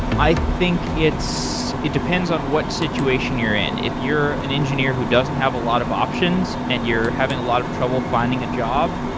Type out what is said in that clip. think it's it depends on what situation you're in. if you're an engineer who doesn't have a lot of options and you're having a lot of trouble finding a job,